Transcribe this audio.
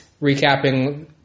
recapping